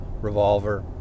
revolver